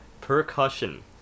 percussion